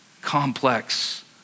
complex